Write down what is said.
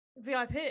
vip